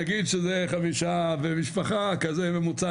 נגיד שזה 5 במשפחה נעשה כזה ממוצע,